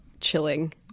chilling